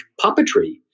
puppetry